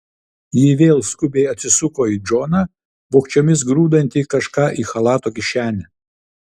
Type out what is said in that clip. ji vėl skubiai atsisuko į džoną vogčiomis grūdantį kažką į chalato kišenę